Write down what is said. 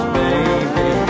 baby